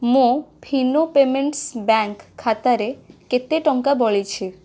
ମୋ Fino payments bank ଖାତାରେ କେତେ ଟଙ୍କା ବଳିଛି